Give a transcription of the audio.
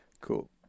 Cool